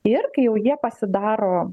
ir kai jau jie pasidaro